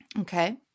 Okay